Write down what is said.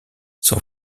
son